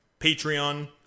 Patreon